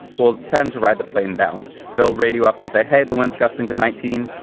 we'll tend to ride the plane down. they'll radio up and say, hey, the winds gusting to nineteen.